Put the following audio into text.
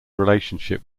relationship